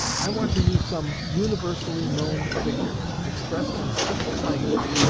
i want to use some universally known figure, expressed in simple language,